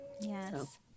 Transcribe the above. Yes